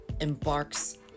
embarks